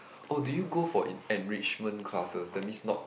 oh do you go for en~ enrichment classes that means not